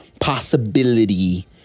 possibility